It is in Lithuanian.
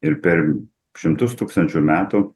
ir pe šimtus tūkstančių metų